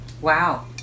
Wow